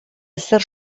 ezer